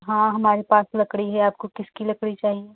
हाँ हमारे पास लकड़ी है आपको किसकी लकड़ी चाहिए